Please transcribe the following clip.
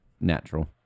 natural